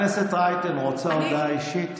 רייטן, רוצה הודעה אישית?